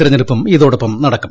തെരഞ്ഞെടുപ്പും ഇതോടൊപ്പം നടക്കും